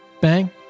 bang